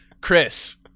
Chris